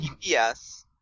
Yes